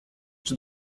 czy